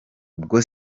ubwo